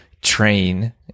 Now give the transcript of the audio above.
train